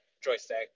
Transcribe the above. joystick